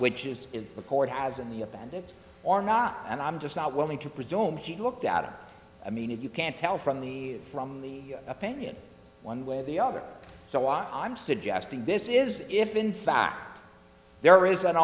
which is in the courthouse in the appendix or not and i'm just not willing to presume he looked at it i mean if you can't tell from the from the opinion one way or the other so i'm suggesting this is if in fact there is an